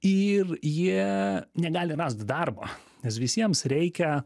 ir jie negali rast darbo nes visiems reikia